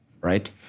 right